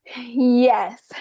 Yes